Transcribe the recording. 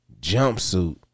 jumpsuit